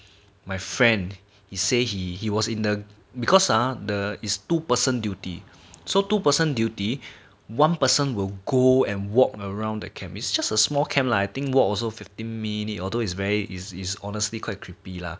my friend he say he he was in the because ah the it's two person duty so two person duty one person will go and walk around a camp is just a small camp lah I think walk also fifteen minute although it's very it's honestly quite creepy lah